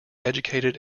educated